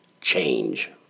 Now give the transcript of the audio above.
change